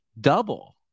double